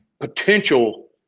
potential